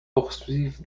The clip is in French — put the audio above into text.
poursuivre